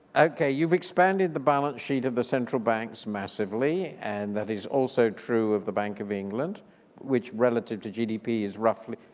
okay, you've expanded the balance sheet of the central bank's massively and that is also true of the bank of england which relative to gdp is roughly